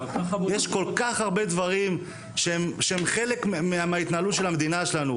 יש כל כך הרבה דברים שהם חלק מההתנהלות של המדינה שלנו,